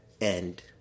end